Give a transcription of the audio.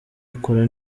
akora